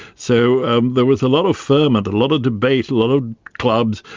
so there was a lot of ferment, a lot of debate, a lot of clubs,